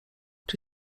czy